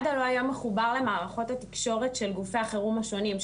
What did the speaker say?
מד"א לא היה מחובר למערכות התקשורת של גופי החירום השונים,